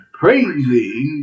praising